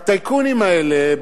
הטייקונים האלה,